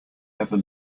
never